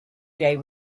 day